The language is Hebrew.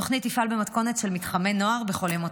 התוכנית תפעל במתכונת של מתחמי נוער בכל ימות